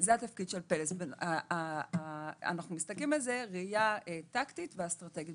אנחנו מסתכלים על זה בראייה טקטית ואסטרטגית.